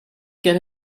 get